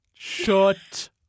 Shut